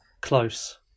Close